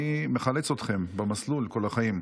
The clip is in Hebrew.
אני מחלץ אתכם במסלול כל החיים,